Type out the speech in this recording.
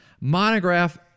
Monograph